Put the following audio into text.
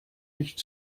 nicht